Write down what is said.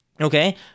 Okay